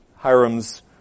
Hiram's